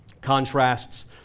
Contrasts